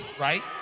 Right